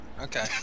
okay